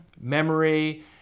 memory